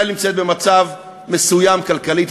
ישראל נמצאת במצב מסוים כלכלית,